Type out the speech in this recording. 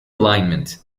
alignment